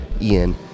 ian